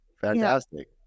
Fantastic